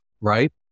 right